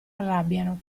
arrabbiano